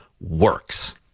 works